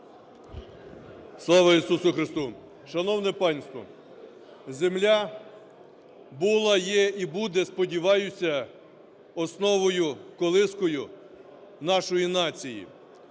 Слава Ісусу Христу! Шановне панство! Земля була, є і буде, сподіваюся, основою, колискою нашої нації.